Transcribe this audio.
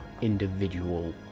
individual